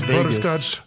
Butterscotch